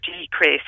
decrease